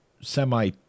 semi